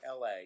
LA